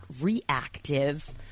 reactive